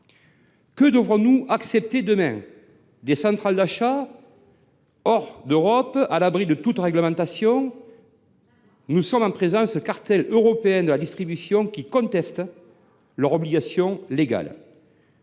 Que devrons nous accepter demain ? Des centrales d’achat hors d’Europe, à l’abri de toute réglementation ? Nous sommes en présence de cartels européens de la distribution qui contestent leurs obligations légales.